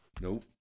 Nope